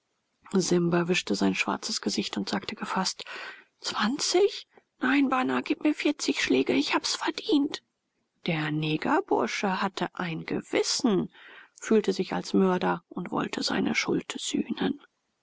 simba wischte sein schwarzes gesicht und sagte gefaßt zwanzig nein bana gib mir vierzig schläge ich hab's verdient der negerbursche hatte ein gewissen fühlte sich als mörder und wollte seine schuld sühnen